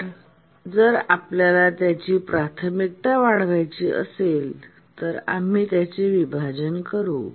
तर जर आपल्याला त्याची प्राथमिकता वाढवायची असेल तर आम्ही त्याचे विभाजन करू